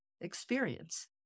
experience